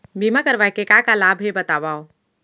बीमा करवाय के का का लाभ हे बतावव?